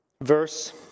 verse